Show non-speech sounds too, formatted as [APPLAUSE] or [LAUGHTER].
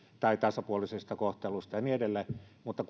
tai tasapuolisesta kohtelusta ja niin edelleen mutta [UNINTELLIGIBLE]